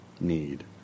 need